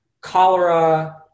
cholera